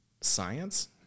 science